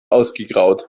ausgegraut